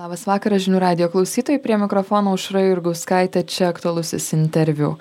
labas vakaras žinių radijo klausytojai prie mikrofono aušra jurgauskaitė čia aktualusis interviu